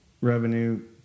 revenue